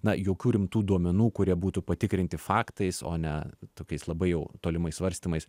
na jokių rimtų duomenų kurie būtų patikrinti faktais o ne tokiais labai jau tolimais svarstymais